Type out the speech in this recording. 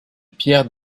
pierre